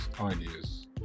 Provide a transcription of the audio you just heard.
ideas